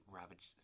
ravaged